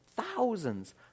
thousands